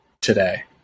today